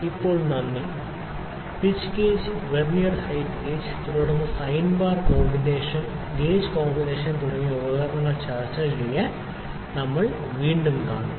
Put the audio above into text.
ഇപ്പോൾ നന്ദി pitch gauge vernier height gauge തുടർന്ന് sine bar combination gauge combination തുടങ്ങിയ ഉപകരണങ്ങൾ ചർച്ച ചെയ്യാൻ നമ്മൾ വീണ്ടും കാണും